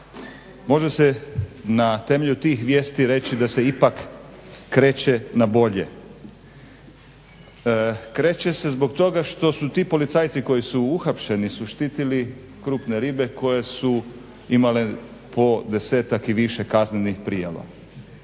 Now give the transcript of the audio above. može se na temelju tih vijesti reći da se ipak kreće na bolje. Kreće se zbog toga što su ti policajci koji su uhapšeni su štitili krupne ribe koje su imale po 10-ak i više kaznenih prijava.